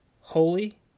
holy